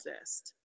exist